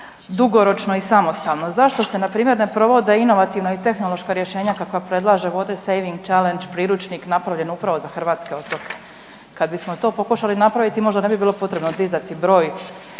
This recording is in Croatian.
dugoročno i samostalno. Zašto se npr. ne provode inovativna i tehnološka rješenja kakva predlaže Water Saving Challenge priručnik napravljen upravo za hrvatske otoke? Kad bismo to pokušali napraviti možda ne bi bilo potrebno dizati broj